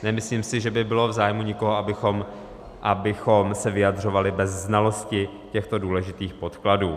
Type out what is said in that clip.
Nemyslím si, že by bylo v zájmu nikoho, abychom se vyjadřovali bez znalosti těchto důležitých podkladů.